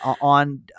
on